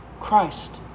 Christ